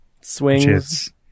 swings